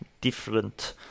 different